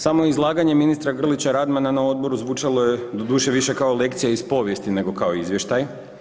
Samo izlaganje ministra Grlića Radmana na Odboru zvučalo je doduše više kao lekcija iz povijesti nego kao izvještaj.